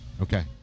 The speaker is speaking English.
Okay